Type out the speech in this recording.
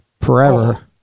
forever